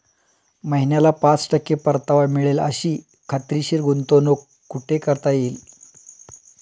महिन्याला पाच टक्के परतावा मिळेल अशी खात्रीशीर गुंतवणूक कुठे करता येईल?